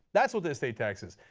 that is what the estate tax is.